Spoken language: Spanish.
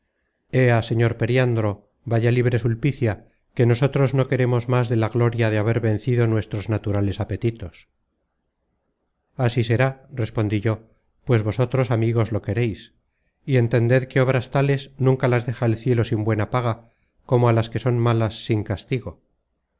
ea señor periandro vaya libre sulpicia que nosotros no queremos más de la gloria de haber vencido nuestros naturales apetitos así será respondí yo pues vosotros amigos lo quereis y entended que obras tales nunca las deja el cielo sin buena paga como a las que son malas sin castigo